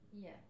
Yes